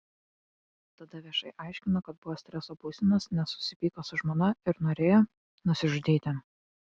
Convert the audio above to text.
tada viešai aiškino kad buvo streso būsenos nes susipyko su žmona ir norėjo nusižudyti